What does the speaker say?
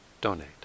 donate